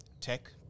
tech